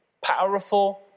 Powerful